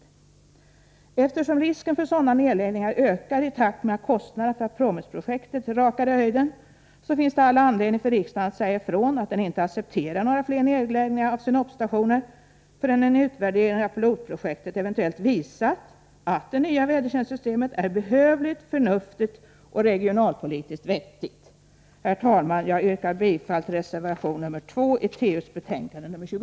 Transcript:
Eftersom risken för sådana nedläggningar ökar i takt med att kostnaderna för PROMIS-projektet rakar i höjden, finns det all anledning för riksdagen att säga ifrån att den inte accepterar några fler nedläggningar av synoptiska stationer förrän en utvärdering av pilotprojektet eventuellt har visat att det nya värdertjänstssystemet är behövligt, förnuftigt och regionalpolitiskt vettigt. Herr talman! Jag yrkar bifall till reservation nr 2 i TU:s betänkande nr 2